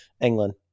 england